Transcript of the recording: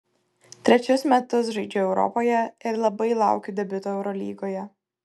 trečius metus žaidžiu europoje ir labai laukiu debiuto eurolygoje